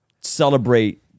celebrate